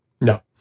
No